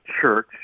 church